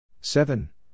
Seven